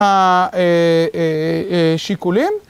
השיקולים.